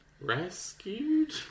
rescued